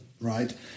Right